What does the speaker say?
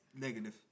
Negative